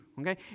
okay